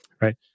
right